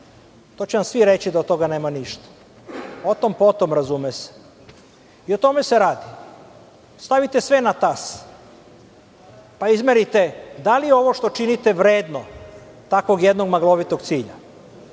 To će vam svireći da od toga nema ništa. O tom po tom, razume se, i o tome se radi. Stavite sve na tas, pa izmerite da li je ovo što činite vredno takvog jednog maglovitog cilja. Danas